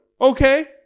Okay